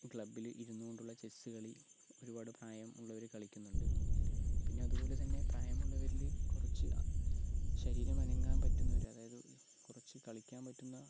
ക്ലബില് ഇരുന്നു കൊണ്ടുള്ള ചെസുകളിൽ ഒരുപാട് പ്രായമുള്ളവർ കളിക്കുന്നുണ്ട് പിന്നെ അതുപോലെ തന്നെ പ്രായമുള്ളവരില് കുറച്ച് ശരീരം അനങ്ങാം പറ്റുന്നവര് അതായത് കുറച്ച് കളിക്കാൻ പറ്റുന്ന